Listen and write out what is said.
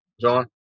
John